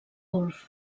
golf